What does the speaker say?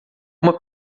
uma